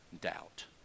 doubt